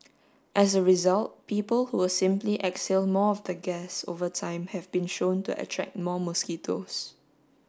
as a result people who simply exhale more of the gas over time have been shown to attract more mosquitoes